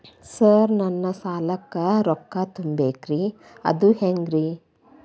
Sir ನನ್ನ ಸಾಲಕ್ಕ ರೊಕ್ಕ ತುಂಬೇಕ್ರಿ ಅದು ಹೆಂಗ್ರಿ?